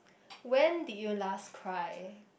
when did you last cry